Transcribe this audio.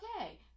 okay